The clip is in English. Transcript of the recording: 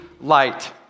Light